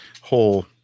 whole